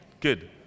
good